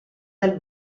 del